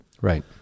right